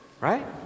right